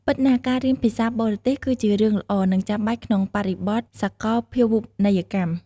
ពិតណាស់ ការរៀនភាសាបរទេសគឺជារឿងល្អ និងចាំបាច់ក្នុងបរិបទសាកលភាវូបនីយកម្ម។